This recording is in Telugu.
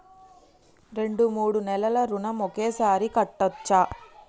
రెండు మూడు నెలల ఋణం ఒకేసారి కట్టచ్చా?